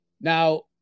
Now